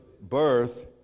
birth